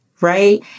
right